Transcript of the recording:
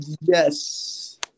Yes